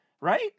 right